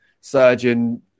Surgeon